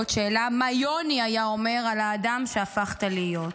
עוד שאלה, מה יוני היה אומר על האדם שהפכת להיות?